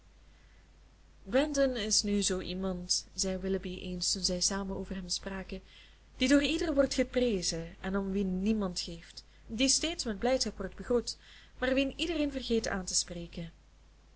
brandon is nu zoo iemand zei willoughby eens toen zij samen over hem spraken die door ieder wordt geprezen en om wien niemand geeft die steeds met blijdschap wordt begroet maar wien iedereen vergeet aan te spreken